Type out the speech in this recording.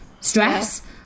stress